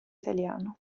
italiano